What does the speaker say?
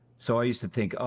so i used to think, oh,